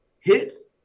hits